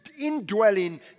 indwelling